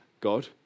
God